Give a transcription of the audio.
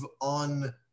on